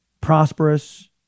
prosperous